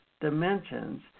dimensions